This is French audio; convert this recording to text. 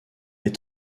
est